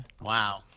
Wow